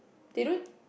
they don't